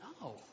No